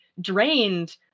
drained